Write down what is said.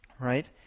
right